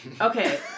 Okay